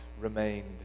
remained